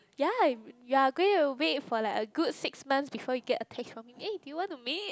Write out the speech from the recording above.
ya you are going to wait for like a good six months before you get a text from me eh do you want to meet